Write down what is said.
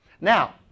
Now